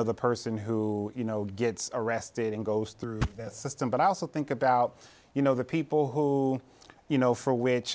know the person who you know gets arrested and goes through the system but i also think about you know the people who you know for which